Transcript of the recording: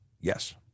Yes